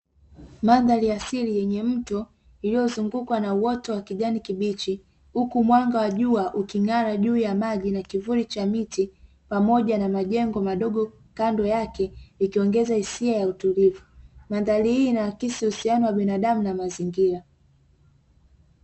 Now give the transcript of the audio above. Mandhari asili yenye mto iliyo zungukwa na uoto wa kijani kibichi, huku mwanga wa jua uking'ara juu ya maji na kivuli cha miti pamoja na majengo madogo kando yake ikiongeza hisia ya utulivu. mandhari hii huakisi uhusiano wa binadamu na mazingira.